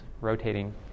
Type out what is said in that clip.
rotating